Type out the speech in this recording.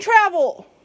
travel